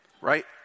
right